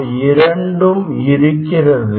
அவை இரண்டும் இருக்கிறது